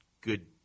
good